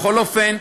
בכל אופן,